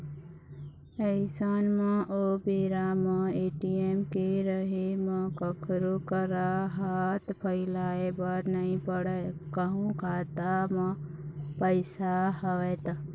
अइसन म ओ बेरा म ए.टी.एम के रहें म कखरो करा हाथ फइलाय बर नइ पड़य कहूँ खाता म पइसा हवय त